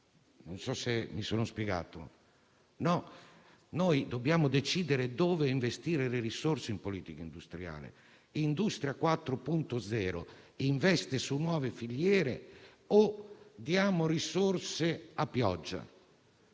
facciamo come prima: no. Noi dobbiamo decidere come investire le risorse in politica industriale. Industria 4.0 investe su nuove filiere o diamo risorse a pioggia?